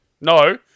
No